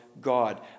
God